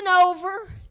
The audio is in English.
over